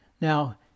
Now